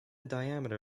diameter